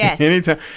Anytime